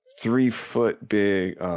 three-foot-big